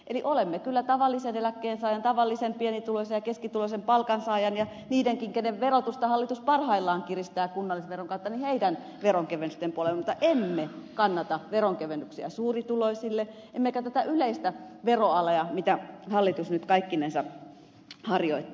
eli olemme kyllä tavallisen eläkkeensaajan tavallisen pienituloisen ja keskituloisen palkansaajan ja niidenkin joiden verotusta hallitus parhaillaan kiristää kunnallisveron kautta veronkevennysten puolella mutta emme kannata veronkevennyksiä suurituloisille emmekä tätä yleistä veroalea mitä hallitus nyt kaikkinensa harjoittaa